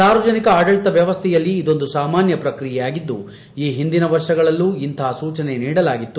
ಸಾರ್ವಜನಿಕ ಆಡಳಿತ ವ್ಯವಸ್ಲೆಯಲ್ಲಿ ಇದೊಂದು ಸಾಮಾನ್ಯ ಪ್ರಕ್ರಿಯೆಯಾಗಿದ್ದು ಈ ಹಿಂದಿನ ವರ್ಷಗಳಲ್ಲೂ ಇಂತಹ ಸೂಚನೆ ನೀಡಲಾಗಿತ್ತು